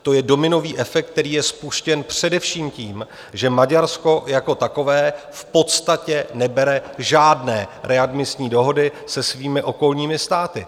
To je dominový efekt, který je spuštěn především tím, že Maďarsko jako takové v podstatě nebere žádné readmisní dohody se svými okolními státy.